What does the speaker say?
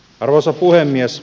arvoisa puhemies